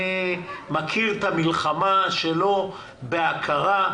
אני מכיר את המלחמה שלו בהכרה,